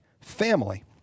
family